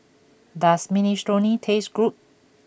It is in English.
does Minestrone taste good